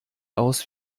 aus